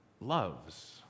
loves